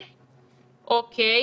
אוקיי,